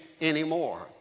anymore